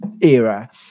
era